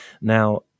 Now